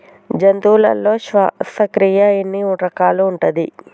జంతువులలో శ్వాసక్రియ ఎన్ని రకాలు ఉంటది?